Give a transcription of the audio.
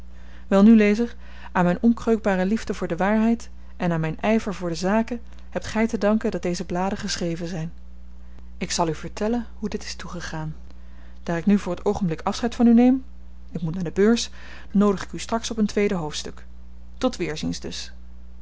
welnu lezer aan myn onkreukbare liefde voor de waarheid en aan myn yver voor de zaken hebt gy te danken dat deze bladen geschreven zyn ik zal u vertellen hoe dit is toegegaan daar ik nu voor t oogenblik afscheid van u neem ik moet naar de beurs noodig ik u straks op een tweede hoofdstuk tot weerziens dus